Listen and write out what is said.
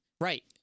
right